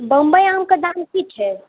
बम्बइ आमके दाम की छै